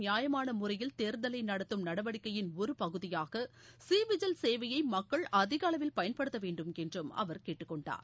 நியாயமான முறையில் தேர்தலை நடத்தும் நடவடிக்கையின் ஒருபகுதியாக சி விஜில் சேவையை மக்கள் அதிக அளவில் பயன்படுத்த வேண்டும் என்று அவர் கேட்டுக் கொண்டார்